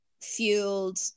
fueled